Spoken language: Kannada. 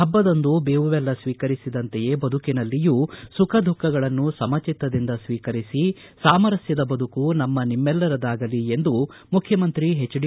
ಪಬ್ಬದಂದು ಬೇವು ಬೆಲ್ಲ ಸ್ತೀಕರಿಸಿದಂತೆಯೇ ಬದುಕಿನಲ್ಲಿಯೂ ಸುಖ ದುಃಖಗಳನ್ನು ಸಮಚಿತ್ತದಿಂದ ಸ್ತೀಕರಿಸಿ ಸಾಮರಸ್ತದ ಬದುಕು ನಮ್ಮ ನಿಮೈಲ್ಲರದಾಗಲಿ ಎಂದು ಮುಖ್ಯಮಂತ್ರಿ ಹೆಚ್ ಡಿ